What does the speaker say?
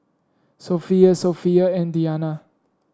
Sofea Sofea and Diyana